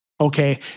Okay